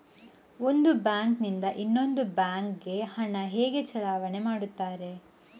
ಒಂದು ಬ್ಯಾಂಕ್ ನಿಂದ ಇನ್ನೊಂದು ಬ್ಯಾಂಕ್ ಗೆ ಹಣ ಹೇಗೆ ಚಲಾವಣೆ ಮಾಡುತ್ತಾರೆ?